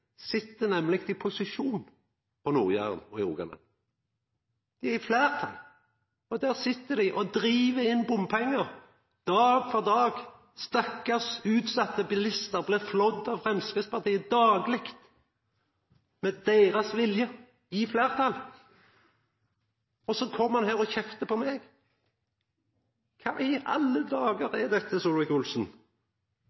sit nemleg i posisjon på Nord-Jæren og i Rogaland. Dei er i fleirtal. Der sit dei og driv inn bompengar dag etter dag – stakkars utsette bilistar blir flådde av Framstegspartiet dagleg, med deira vilje, i fleirtal. Og så kjem han her og kjeftar på meg! Kva i alle dagar